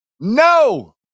No